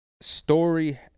story